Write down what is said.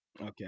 okay